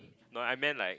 no I meant like